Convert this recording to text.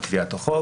כי החברה לא